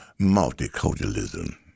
multiculturalism